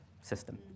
system